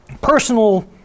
personal